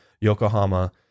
Yokohama